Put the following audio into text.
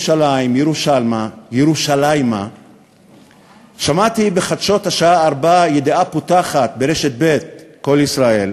ירושלימה שמעתי בחדשות השעה 16:00 ידיעה פותחת ברשת ב' של "קול ישראל"